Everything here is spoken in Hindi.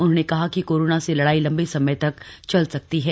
उन्होंने कहा कि कोरोना से लड़ाई लम्बे समय तक चल सकती है